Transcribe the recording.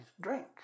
drink